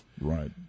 right